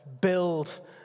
build